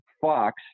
Fox